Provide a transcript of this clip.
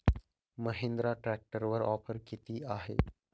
महिंद्रा ट्रॅक्टरवर ऑफर किती आहे?